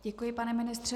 Děkuji, pane ministře.